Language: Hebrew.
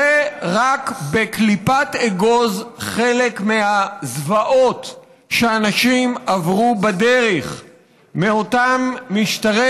זה רק בקליפת אגוז חלק מהזוועות שאנשים עברו בדרך מאותם משטרי